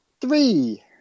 Three